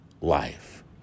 life